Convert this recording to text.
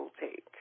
take